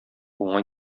уңай